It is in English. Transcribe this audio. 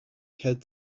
head